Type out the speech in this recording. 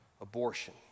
abortion